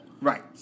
Right